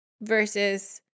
versus